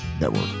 Network